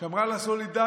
שמרה על הסולידריות,